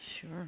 Sure